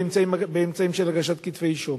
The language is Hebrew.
באמצעים של הגשת כתבי-אישום.